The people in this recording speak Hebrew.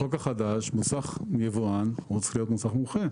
בחוק החדש מוסך יבואן צריך להיות מוסך מומחה.